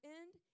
end